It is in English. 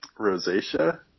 rosacea